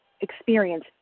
experience